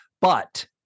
But-